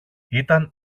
ήταν